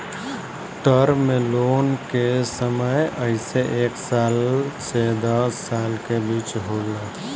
term loan के समय अइसे एक साल से दस साल के बीच होला